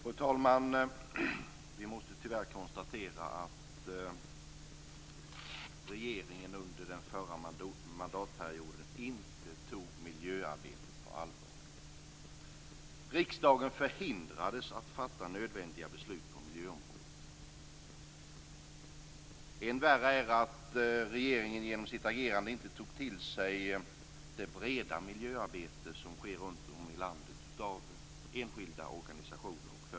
Fru talman! Vi måste tyvärr konstatera att regeringen under den förra mandatperioden inte tog miljöarbetet på allvar. Riksdagen förhindrades att fatta nödvändiga beslut på miljöområdet. Än värre är att regeringen genom sitt agerande inte tog till sig det breda miljöarbete som sker runt om i landet av enskilda, organisationer och företag.